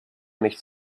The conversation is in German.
nichts